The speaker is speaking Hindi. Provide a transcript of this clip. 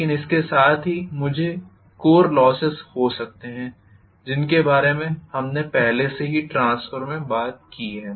लेकिन इसके साथ ही मुझे कोर लोसेस हो सकते है जिनके बारे में हमने पहले से ही ट्रांसफार्मर में बात की है